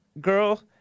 girl